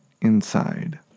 inside